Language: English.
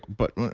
but.